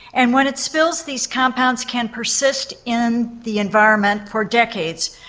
and when it spills, these compounds can persist in the environment for decades,